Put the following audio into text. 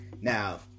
Now